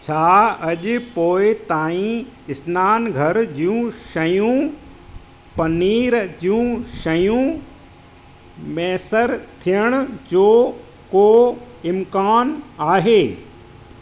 छा अॼु पोइ ताईं सनानु घरु जूं शयूं पनीर जूं शयूं मुयसरु थियण जो को इम्कानु आहे